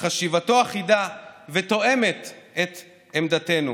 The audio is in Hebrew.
שחשיבתו אחידה ותואמת את עמדתנו.